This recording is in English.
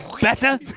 Better